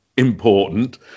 Important